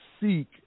seek